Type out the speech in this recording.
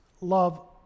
love